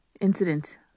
incident